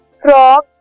frog